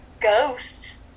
ghosts